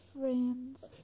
friends